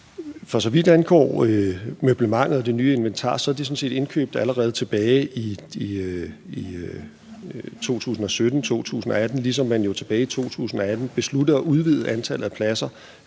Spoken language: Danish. For så vidt angår møblementet og det nye inventar, er det sådan set indkøbt allerede tilbage i 2017-2018, ligesom man jo tilbage i 2018 besluttede at udvide antallet af pladser,